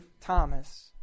Thomas